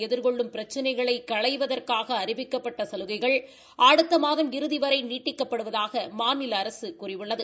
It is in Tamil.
எதிர்கொள்ளும் பிரச்சினைகளை களைவதற்காக அறிவிக்கப்பட்ட சலுகைகள் அடுத்த மாதம் இறுதி வரை நீட்டிக்கப்படுவதாக மாநில அரசு கூறியுள்ளது